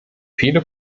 viele